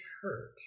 church